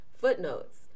Footnotes